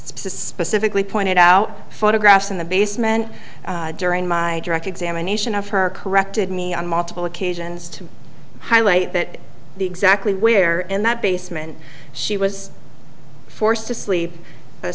pecifically pointed out photographs in the basement during my direct examination of her corrected me on multiple occasions to highlight that the exactly where in that basement she was forced to sleep